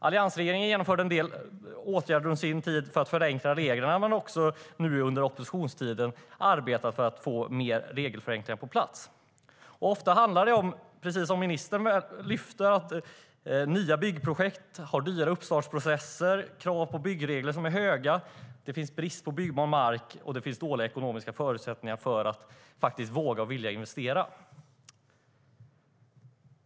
Alliansregeringen genomförde en del åtgärder under sin tid för att förenkla reglerna men har också nu under oppositionstiden arbetat för att få fler regelförenklingar på plats. Ofta handlar det om, precis som statsrådet lyfte fram, att nya byggprojekt har dyra uppstartsprocesser, höga krav på byggregler, brist på byggbar mark och dåliga ekonomiska förutsättningar för att man ska våga och vilja investera.